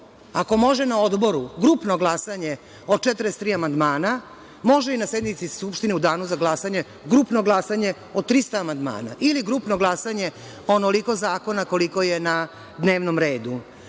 Ako može na Odboru grupno glasanje o 43 amandmana, može i na sednici Skupštine u Danu za glasanje grupno glasanje o 300 amandmana, ili grupno glasanje o onoliko zakona koliko je na dnevnom redu.